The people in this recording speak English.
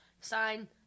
sign